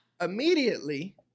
Immediately